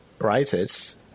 rises